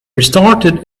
restarted